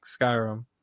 Skyrim